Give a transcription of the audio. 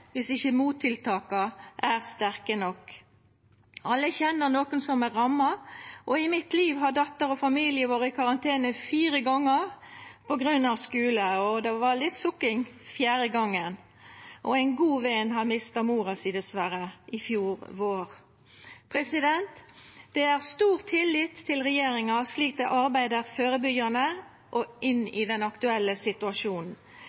viss ikkje mottiltaka er sterke nok. Alle kjenner nokon som er ramma, og i mitt liv har dotter og familie vore i karantene fire gonger på grunn av smitte på skulen, og det var litt sukking den fjerde gongen. Og ein god ven mista dessverre mor si i fjor vår. Det er stor tillit til regjeringa slik dei arbeider førebyggjande og inn i den aktuelle situasjonen.